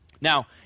Now